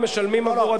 כי הם לא מחוברים לכבלים.